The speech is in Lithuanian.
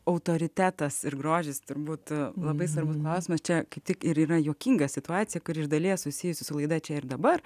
autoritetas ir grožis turbūt labai svarbus klausimas čia kaip tik ir yra juokinga situacija kuri iš dalies susijusi su klaida čia ir dabar